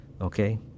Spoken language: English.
okay